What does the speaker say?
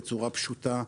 בצורה פשוטה,